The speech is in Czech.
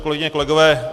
Kolegyně, kolegové.